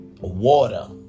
water